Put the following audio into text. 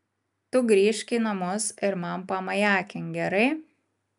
tu grįžk į namus ir man pamajakink gerai